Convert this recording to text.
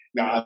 Now